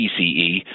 PCE